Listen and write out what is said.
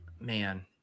man